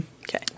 Okay